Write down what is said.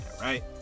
right